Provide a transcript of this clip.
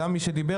גם מי שדיבר,